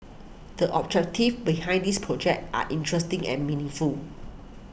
the objectives behind this project are interesting and meaningful